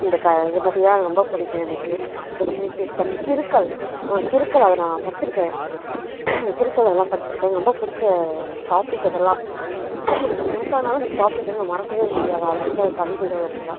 இந்த க இதை பார்த்தீங்கன்னா ரொம்ப பிடிக்கும் எனக்கு புதுமைப்பித்தன் கிறுக்கல் கிறுக்கல் அது நான் படித்திருக்கேன் கிறுக்கல் அதெல்லாம் படித்திருக்கேன் எனக்கு ரொம்ப பிடிச்ச டாப்பிக் அதெல்லாம் எத்தனை வருஷம் ஆனாலும் அந்த டாப்பிக்கெல்லாம் நான் மறக்கவே முடியாது அதில் இருக்க கவிதைகள் அப்படிலாம்